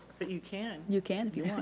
but you can. you can if you